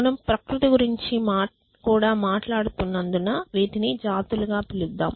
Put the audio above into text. మనం ప్రకృతి గురించి కూడా మాట్లాడుతున్నందున వీటిని జాతులుగా పిలుద్దాం